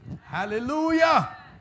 Hallelujah